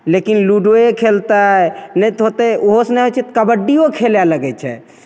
लेकिन लूडोये खेलतय नहि तऽ होतय उहोसँ नहि होइ छै तऽ कबड्डियो खेलय लगय छै